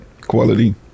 quality